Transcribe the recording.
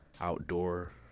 outdoor